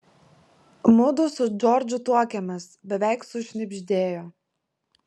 mudu su džordžu tuokiamės beveik sušnibždėjo